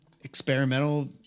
experimental